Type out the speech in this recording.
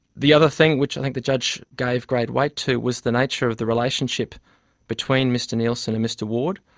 the other thing which i think the judge gave great weight to was the nature of the relationship between mr nielsen and mr ward.